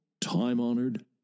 time-honored